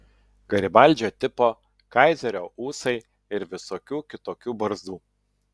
garibaldžio tipo kaizerio ūsai ir visokių kitokių barzdų